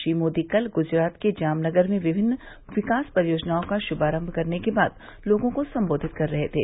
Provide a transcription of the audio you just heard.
श्री मोदी कल गुजरात के जामनगर में विभिन्न विकास परियोजनाओं का शुभारम्भ करने के बाद लोगों को सम्बोधित कर रहे थे